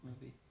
movie